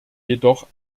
jedoch